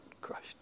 crushed